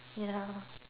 ya